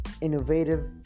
innovative